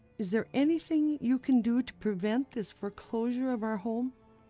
is there anything you can do to prevent this foreclosure of our home?